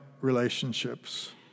relationships